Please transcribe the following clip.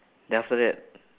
then after that